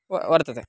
व वर्तते